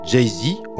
Jay-Z